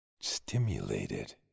stimulated